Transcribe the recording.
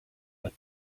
but